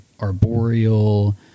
arboreal